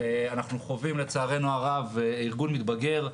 אנחנו חווים, לצערנו הרב, ארגון מתבגר.